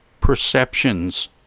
perceptions